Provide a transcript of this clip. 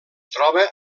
troba